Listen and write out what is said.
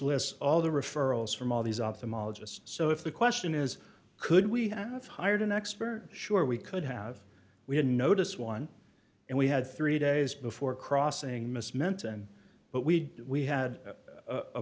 lists all the referrals from all these ophthalmologist so if the question is could we have hired an expert sure we could have we had notice one and we had three days before crossing miss menton but we we had